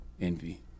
Envy